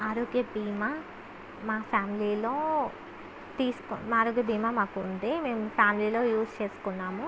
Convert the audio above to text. ఆరోగ్య భీమా మా ఫ్యామిలీలో తీసుకో ఆరోగ్య భీమా మాకు ఉంది మేము ఫ్యామిలీలో యూస్ చేసుకున్నాము